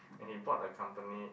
and he bought the company